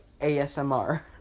ASMR